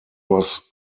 was